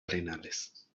arenales